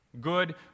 good